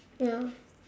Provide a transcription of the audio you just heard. ya